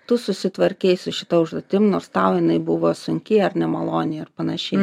tu susitvarkei su šita užduotim nors tau jinai buvo sunki ar nemaloni ir panašiai